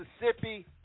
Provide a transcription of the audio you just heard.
Mississippi